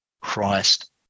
Christ